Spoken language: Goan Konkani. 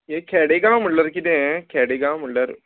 हें खेडे गांव म्हणल्यार किदें खेडे गांव म्हणल्यार